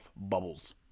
Bubbles